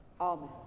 Amen